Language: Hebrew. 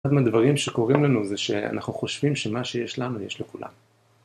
אחד מהדברים שקורים לנו זה שאנחנו חושבים שמה שיש לנו יש לכולם.